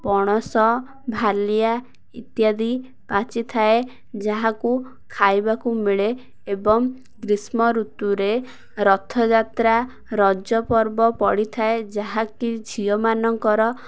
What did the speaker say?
ପଣସ ଭଳିଆ ଇତ୍ୟାଦି ପାଚିଥାଏ ଯାହାକୁ ଖାଇବାକୁ ମିଳେ ଏବଂ ଗ୍ରୀଷ୍ମ ଋତୁରେ ରଥଯାତ୍ରା ରଜ ପର୍ବ ପଡ଼ିଥାଏ ଯାହାକି ଝିଅମାନଙ୍କର